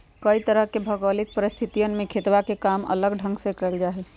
कई तरह के भौगोलिक परिस्थितियन में खेतवा के काम अलग ढंग से कइल जाहई